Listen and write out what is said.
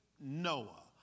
Noah